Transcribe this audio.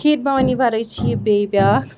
کھیٖر بھَوانی وَرٲے چھِ یہِ بیٚیہِ بیٛاکھ